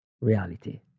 reality